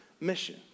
mission